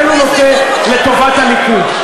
איננו נוטה לטובת הליכוד.